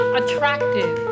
attractive